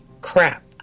crap